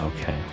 Okay